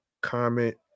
comment